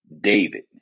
David